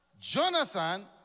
Jonathan